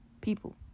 people